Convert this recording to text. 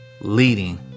leading